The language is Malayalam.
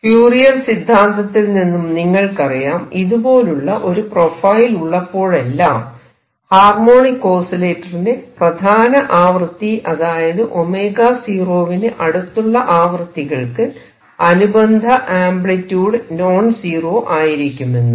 ഫ്യൂറിയർ സിദ്ധാന്തത്തിൽ നിന്ന് നിങ്ങൾക്കറിയാം ഇതുപോലുള്ള ഒരു പ്രൊഫൈൽ ഉള്ളപ്പോഴെല്ലാം ഹാർമോണിക് ഓസിലേറ്ററിന് പ്രധാന ആവൃത്തി അതായത് 𝞈0 വിന് അടുത്തുള്ള ആവൃത്തികൾക്ക് അനുബന്ധ ആംപ്ലിറ്റ്യൂഡ് നോൺസീറോ ആയിരിക്കുമെന്ന്